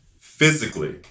physically